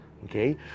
Okay